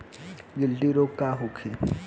गिल्टी रोग का होखे?